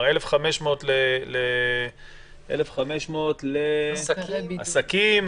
1,500 לעסקים,